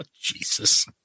Jesus